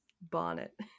bonnet